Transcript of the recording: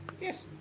Yes